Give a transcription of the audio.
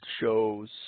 shows